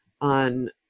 on